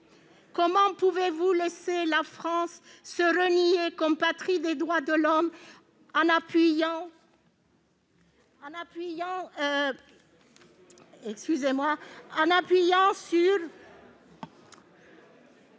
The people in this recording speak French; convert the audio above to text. comment pouvez-vous laisser la France se renier comme patrie des droits de l'homme en appuyant cet